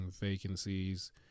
vacancies